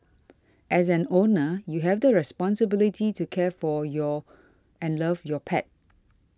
as an owner you have the responsibility to care for your and love your pet